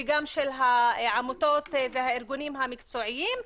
וגם של העמותות והארגונים המקצועיים,